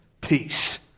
peace